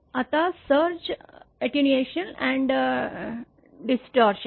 आता surge attenuation and distortion